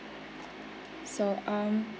so um